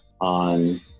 on